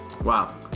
Wow